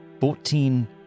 Fourteen